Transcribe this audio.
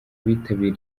bitabiriye